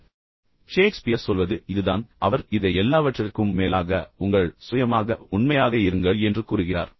எனவே ஷேக்ஸ்பியர் சொல்வது இதுதான் அவர் இதை எல்லாவற்றிற்கும் மேலாக உங்கள் சுயமாக உண்மையாக இருங்கள் என்று கூறுகிறார்